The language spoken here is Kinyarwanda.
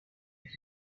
rya